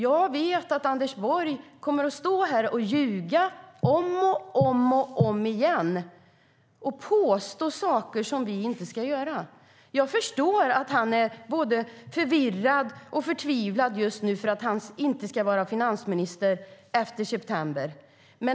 Jag vet att Anders Borg kommer att stå här och ljuga om och om och om igen och påstå att vi ska göra saker som vi inte ska göra. Jag förstår att han är både förvirrad och förtvivlad just nu för att han inte ska vara finansminister efter september.